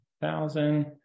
thousand